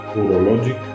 urologic